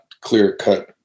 clear-cut